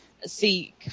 See